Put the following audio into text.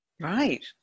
Right